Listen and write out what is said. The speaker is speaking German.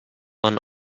man